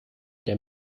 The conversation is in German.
der